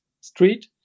street